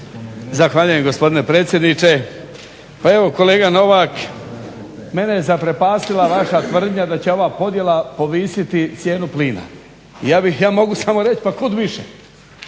Zahvaljujem gospodine predsjedniče. Pa evo kolega Novak mene je zaprepastila vaša tvrdnja da će ova podjela povisiti cijenu plina. Ja bih, ja mogu samo reći pa kud više?